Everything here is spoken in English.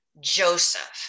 Joseph